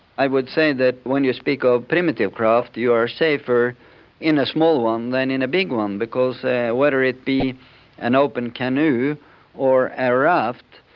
i would say that when you speak of primitive craft you are safer in a small one than in a big one, because whether it be an open canoe or a raft,